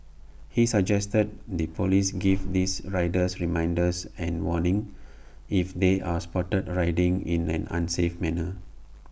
he suggested the Police give these riders reminders and warnings if they are spotted riding in an unsafe manner